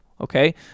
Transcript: okay